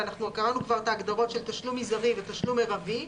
וקראנו כבר את ההגדרות של תשלום מזערי ותשלום מירבי.